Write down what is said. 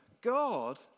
God